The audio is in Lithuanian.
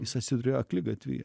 jis atsidūria akligatvyje